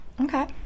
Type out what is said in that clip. Okay